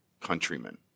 countrymen